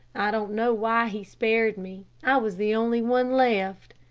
i don't know why he spared me. i was the only one left.